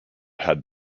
had